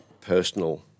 personal